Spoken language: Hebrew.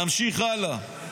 נמשיך הלאה.